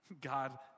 God